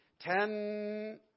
Ten